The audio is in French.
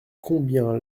combien